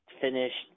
finished